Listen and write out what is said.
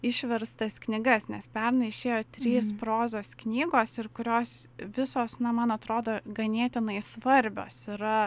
išverstas knygas nes pernai išėjo trys prozos knygos ir kurios visos na man atrodo ganėtinai svarbios yra